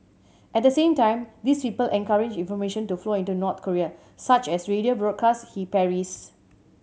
at the same time these people encourage information to flow into North Korea such as radio broadcasts he parries